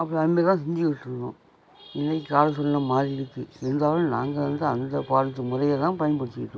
அப்புறம் அந்த செஞ்சு விட்டுருனும் இன்னைக்கு காலத்துல எல்லாம் மாறி இருக்கு இருந்தாலும் நாங்கள் வந்து அந்த காலத்து முறையை தான் பயன்படுத்திக்கிட்டு இருக்கோம்